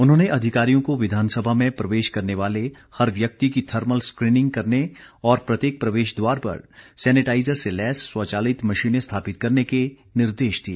उन्होंने अधिकारियों को विधानसभा में प्रवेश करने वाले हर व्यक्ति की थर्मल स्क्रीनिंग करने और प्रत्येक प्रवेश द्वार पर सैनेटाईजर से लैस स्वचालित मशीनें स्थापित करने के निर्देश दिए